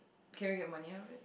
can we get money out of it